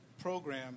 program